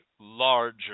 larger